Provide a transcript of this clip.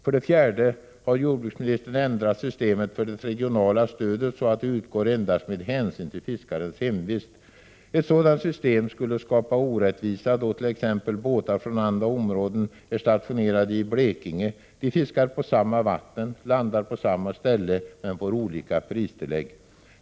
För det fjärde har jordbruksministern ändrat systemet för det regionala stödet så att det utgår enbart med hänsyn till fiskarens hemvist. Ett sådant system skulle skapa orättvisa, t.ex. då båtar från andra områden är stationerade i Blekinge. Man fiskar på samma vatten och landar på samma ställe, men får olika pristillägg.